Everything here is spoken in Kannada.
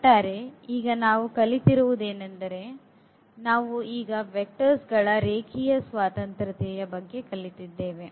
ಒಟ್ಟಾರೆ ಈಗ ನಾವು ಕಲಿತಿರುವುದೇನೆಂದರೆ ಒಟ್ಟಾರೆ ನಾವು ಈಗ ವೆಕ್ಟರ್ ಗಳ ರೇಖೀಯ ಸ್ವತಂತ್ರತೆಯ ಬಗ್ಗೆ ಕಲಿತಿದ್ದೇವೆ